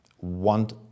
want